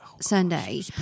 Sunday